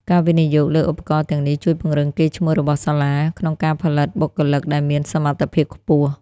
ការវិនិយោគលើឧបករណ៍ទាំងនេះជួយពង្រឹងកេរ្តិ៍ឈ្មោះរបស់សាលា ក្នុងការផលិតបុគ្គលិកដែលមានសមត្ថភាពខ្ពស់។